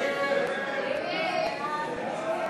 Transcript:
ההסתייגויות לסעיף 33,